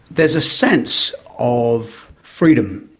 there's a sense of freedom,